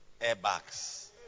airbags